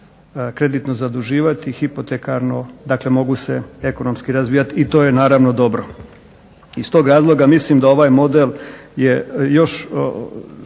kreditno zaduživati, hipotekarno, dakle, mogu se ekonomski razvijati i to je naravno dobro. Iz tog razloga mislim da ovaj model je još